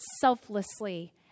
selflessly